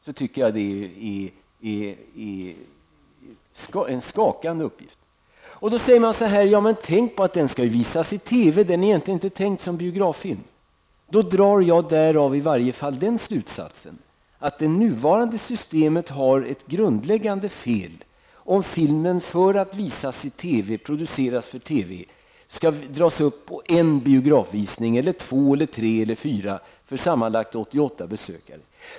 Det är en skakande uppgift. Då säger man: Men tänk på att den skall ju visas i TV, den är egentligen inte tänkt som biograffilm. Av detta drar jag i alla fall den slutsatsen att det nuvarande systemet har ett grundläggande fel om filmen för att visas i och produceras för TV skall dras upp på en, två, tre, eller fyra biografvisningar för sammanlagt 88 besökare.